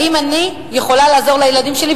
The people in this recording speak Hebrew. האם אני יכולה לעזור לילדים שלי,